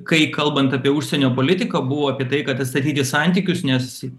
kai kalbant apie užsienio politiką buvo apie tai kad atstatyti santykius nes